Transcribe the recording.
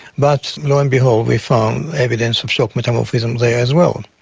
but lo and behold we found evidence of shock metamorphism there as well.